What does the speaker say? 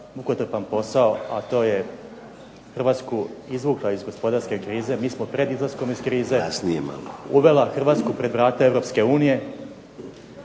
mukotrpan posao, a to je Hrvatsku izvukla iz gospodarske krize, mi smo pred izlaskom iz krize, uvela Hrvatsku pred vrata Europske unije,